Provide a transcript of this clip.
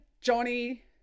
Johnny